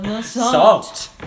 Salt